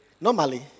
normally